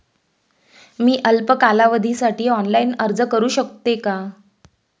मी अल्प कालावधीसाठी ऑनलाइन अर्ज करू शकते का?